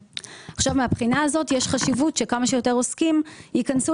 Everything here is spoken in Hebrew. מהבחינה הזאת יש חשיבות שכמה שיותר עוסקים ייכנסו